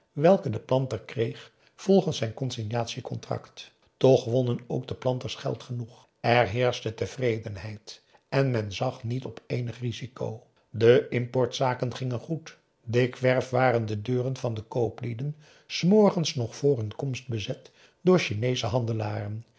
welke de planter kreeg volgens zijn consignatiecontract toch wonnen ook de planters geld genoeg er heerschte tevredenheid en men zag niet op eenig risico de importzaken gingen goed dikwerf waren de deuren van de kooplieden s morgens nog voor hun komst bezet door chineesche handelaren